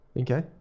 Okay